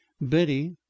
Betty